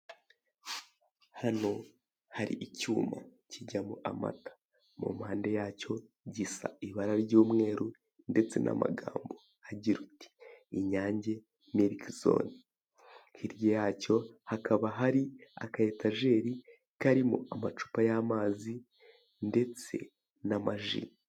Hano hari icyuma kijyamo amata. Mu mpande yacyo gisa ibara ry'umweru, ndetse n'amagambo agira ati: "Inyange miriki zone." Hirya yacyo hakaba hari, aka etajeri karimo amacupa y'amazi ndetse n'amaji.